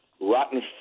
rotten